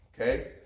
Okay